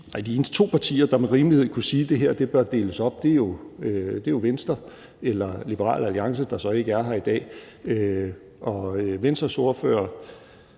de to eneste partier, der med rimelighed kunne sige, at det her bør deles op, er Venstre og Liberal Alliance, der så ikke er her i dag. Venstres ordfører,